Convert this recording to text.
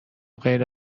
غیر